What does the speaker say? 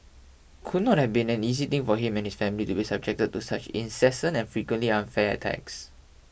could not have been an easy thing for him and his family to be subjected to such incessant and frequently unfair attacks